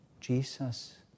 Jesus